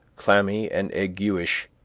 clammy, and aguish,